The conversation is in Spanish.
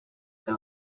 que